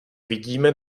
vidíme